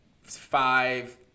five